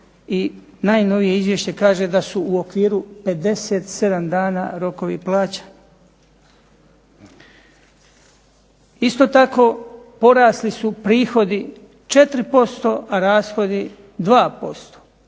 i najnovije izvješće kaže da su u okviru 57 dana rokovi plaćani. Isto tako, porasli su prihodi 4% a rashodi 2%.